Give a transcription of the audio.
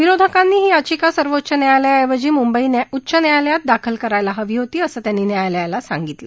विरोधकांनी ही याचिका सर्वोच्च न्यायालयाऐवजी मुंबई उच्च न्यायालयात दाखल करायला हवी होती असं त्यांनी न्यायालयाला सांगितलं